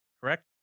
correct